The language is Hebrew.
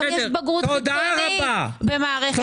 גם יש בגרות חיצונית במערכת החינוך.